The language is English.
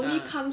ya